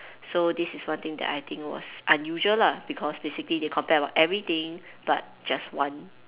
so this is one thing that I think was unusual lah because basically they compare about everything but just one